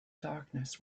darkness